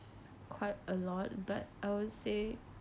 quite a lot but I would say